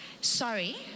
sorry